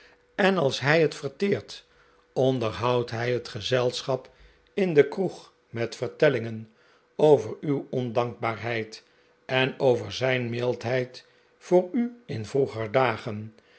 en als hij het verteert onderhoudt hij het gezelschap in de kroeg met vertellingen over uw ondankbaarheid en over zijn mild heid voor u in vroeger dagen